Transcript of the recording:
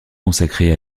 consacrée